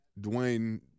Dwayne